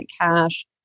cash